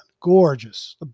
Gorgeous